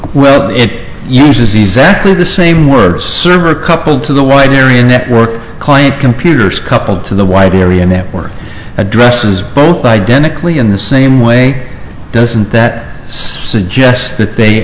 well it uses essentially the same words server coupled to the wide area network client computers coupled to the wide area network addresses both identically in the same way doesn't that suggest that they